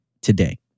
today